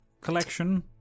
collection